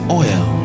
oil